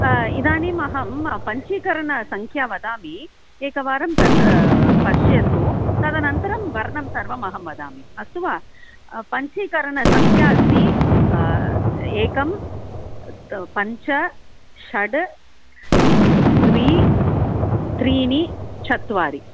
इदानीम् अहं पञ्चीकरणसङ्ख्यां वदामि एकवारं तत् पश्यतु तदनन्तरं वर्णं सर्वम् अहं वदामि अस्तु वा पञ्चीकरणसङ्ख्या अस्ति एकं त् पञ्च षड् द्वि त्रीणि चत्वारि